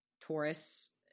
Taurus